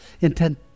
intent